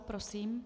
Prosím.